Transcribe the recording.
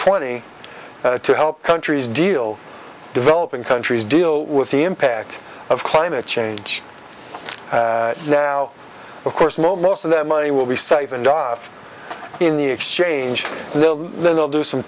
twenty to help countries deal developing countries deal with the impact of climate change now of course most of that money will be siphoned off in the exchange they'll do some